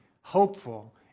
hopeful